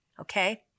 okay